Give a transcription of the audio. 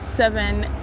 Seven